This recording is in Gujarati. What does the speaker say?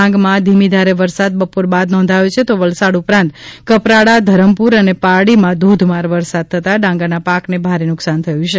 ડાંગમાં ધીમી ધારે વરસાદ બપોર બાદ નોંધાયો છે તો વલસાડ ઉપરાંત કપરાડા ધરમપુર અને પારડીમાં ધોધમાર વરસાદ થતા ડાંગરના પાકને ભારે નુકશાન થયું છે